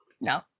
No